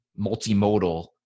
multimodal